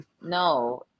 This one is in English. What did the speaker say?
No